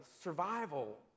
survival